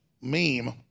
meme